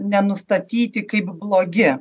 nenustatyti kaip blogi